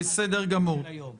בסדר גמור.